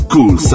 Cool